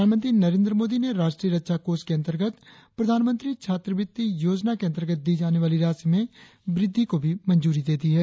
प्रधानमंत्री नरेंद्र मोदी ने राष्ट्रीय रक्षा कोष के अंतर्गत प्रधानमंत्री छात्रवृत्ति योजना के अंतर्गत दी जाने वाली राशि में वृद्धि को भी मंजूरी दे दी है